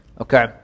Okay